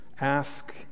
Ask